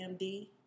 MD